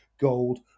gold